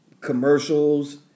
commercials